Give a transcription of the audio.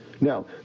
Now